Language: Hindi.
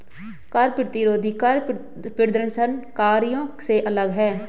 कर प्रतिरोधी कर प्रदर्शनकारियों से अलग हैं